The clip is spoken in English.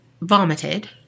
vomited